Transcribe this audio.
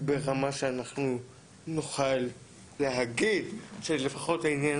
ברמה שאנחנו נוכל להגיד שלפחות העניין